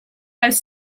els